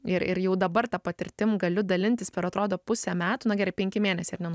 ir ir jau dabar ta patirtim galiu dalintis per atrodo pusę metų na gerai penki mėnesiai ar ne nuo